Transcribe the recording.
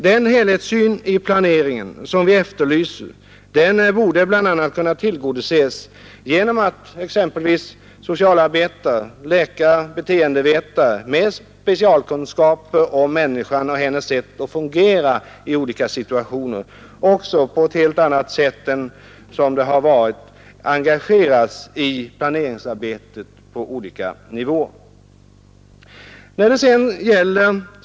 Den helhetssyn i planeringen som vi efterlyser borde bl.a. kunna tillgodoses genom att socialarbetare, läkare och beteendevetare med specialkunskaper om människan och hennes sätt att fungera i olika situationer på ett helt annat vis än hittills engageras i planeringsarbetet på olika nivåer.